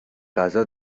غذا